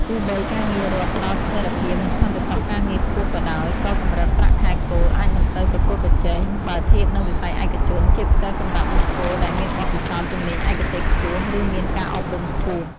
ទោះបីការងាររដ្ឋផ្តល់ស្ថិរភាព និងសន្តិសុខការងារខ្ពស់ក៏ដោយ ក៏កម្រិតប្រាក់ខែគោលអាចមិនសូវប្រកួតប្រជែង បើធៀបនឹងវិស័យឯកជន ជាពិសេសសម្រាប់បុគ្គលដែលមានបទពិសោធន៍ ជំនាញឯកទេសខ្ពស់ ឬមានការអប់រំខ្ពស់។